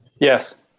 Yes